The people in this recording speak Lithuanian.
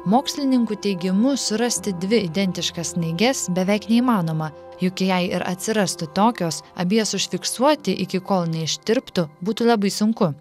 mokslininkų teigimu surasti dvi identiškas snaiges beveik neįmanoma juk jei ir atsirastų tokios abi jas užfiksuoti iki kol neištirptų būtų labai sunku